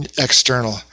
external